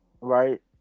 right